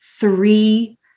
three